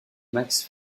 max